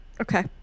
Okay